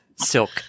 silk